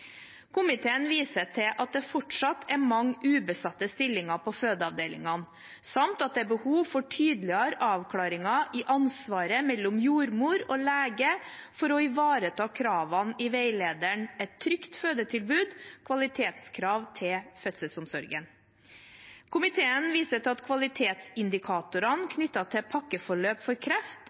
Komiteen viser til at det fortsatt er mange ubesatte stillinger på fødeavdelingene, samt at det er behov for tydeligere avklaringer i ansvaret mellom jordmor og lege for å ivareta kravene i veilederen «Et trygt fødetilbud. Kvalitetskrav til fødselsomsorgen». Komiteen viser til at kvalitetsindikatorene knyttet til pakkeforløp for kreft